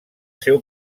seu